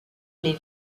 les